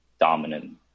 dominant